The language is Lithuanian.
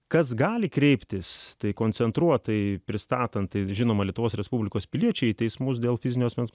kas gali kreiptis tai koncentruotai pristatanti žinoma lietuvos respublikos piliečiai teismus dėl fizinio asmens